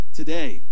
today